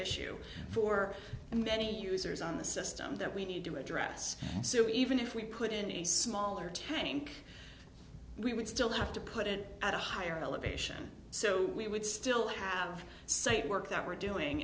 issue for many users on the system that we need to address so even if we put in a smaller tank we would still have to put it at a higher elevation so we would still have site work that we're doing